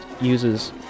uses